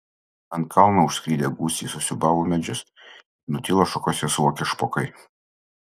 ant kalno užskridę gūsiai susiūbavo medžius ir nutilo šakose suokę špokai